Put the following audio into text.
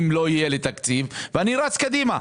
אם לא יהיה לי תקציב ואני רץ קדימה.